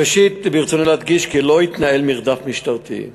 ראשית, ברצוני להדגיש כי לא התנהל מרדף משטרתי,